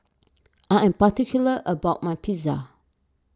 I am particular about my Pizza